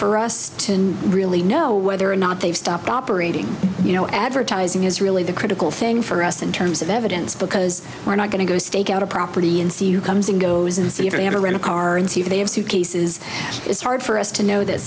for us to really know whether or not they've stopped operating you know advertising is really the critical thing for us in terms of evidence because we're not going to go stake out a property and see who comes and goes and see if they have a rental car and see if they have suitcases it's hard for us to know that